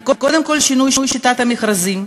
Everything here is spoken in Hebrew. קודם כול, שינוי שיטת המכרזים.